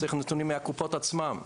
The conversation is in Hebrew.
צריך נתונים מהקופות עצמן,